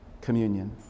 Communion